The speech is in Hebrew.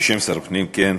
בשם שר הפנים, כן.